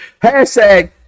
Hashtag